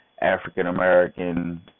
African-American